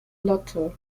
lotte